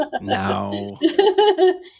No